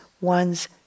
one's